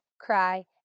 cry